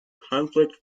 conflict